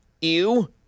Ew